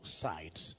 sides